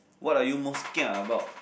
what are you most kia about